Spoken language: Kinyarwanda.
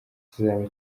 kizaba